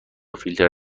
فیلتر